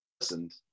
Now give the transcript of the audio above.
listened